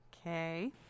Okay